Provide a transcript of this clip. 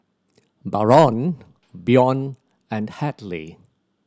Barron Bjorn and Hadley